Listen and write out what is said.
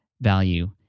value